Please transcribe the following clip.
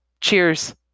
Cheers